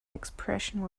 expression